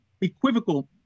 Equivocal